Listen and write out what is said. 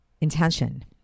intention